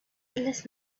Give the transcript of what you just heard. endless